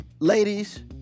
ladies